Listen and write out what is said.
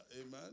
Amen